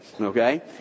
okay